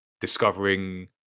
discovering